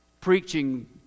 preaching